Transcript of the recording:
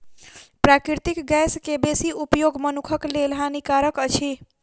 प्राकृतिक गैस के बेसी उपयोग मनुखक लेल हानिकारक अछि